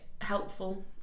helpful